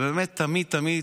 באמת תמיד, תמיד,